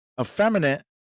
effeminate